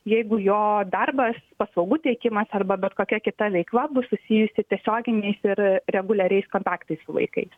jeigu jo darbas paslaugų teikimas arba bet kokia kita veikla bus susijusi tiesioginiais ir reguliariais kontaktais su vaikais